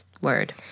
Word